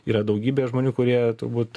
yra daugybė žmonių kurie turbūt